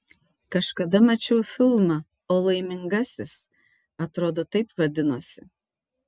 kažkada mačiau filmą o laimingasis atrodo taip vadinosi